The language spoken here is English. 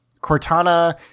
Cortana